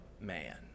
man